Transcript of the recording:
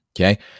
Okay